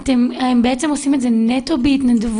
אתם בעצם עושים את זה נטו בהתנדבות?